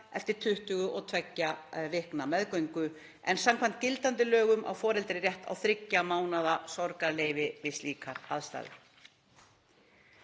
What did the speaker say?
eftir 22 vikna meðgöngu en samkvæmt gildandi lögum á foreldri rétt á þriggja mánaða sorgarleyfi við slíkar aðstæður.